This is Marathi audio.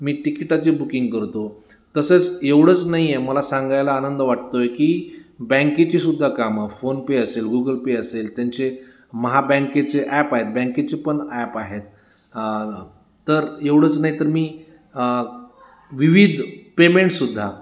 मी तिकिटाची बुकिंग करतो तसंच एवढंच नाहीये मला सांगायला आनंद वाटतोय की बँकेचीसुद्धा कामं फोन पे असेल गुगल पे असेल त्यांचे महाबँकेचे ॲप आहेत बँकेचे पण ॲप आहेत तर एवढंच नाही तर मी विविध पेमेंटसुद्धा